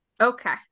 Okay